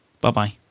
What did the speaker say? bye-bye